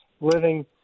living